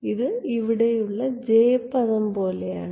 ഇത് ഇവിടെയുള്ള ജെ പദം പോലെയാണ്